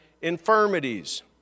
infirmities